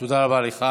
תודה רבה לך.